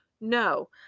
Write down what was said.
No